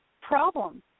problem